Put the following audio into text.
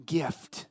gift